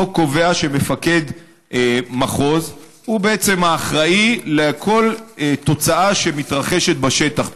החוק קובע שמפקד מחוז הוא בעצם האחראי לכל תוצאה שמתרחשת בשטח,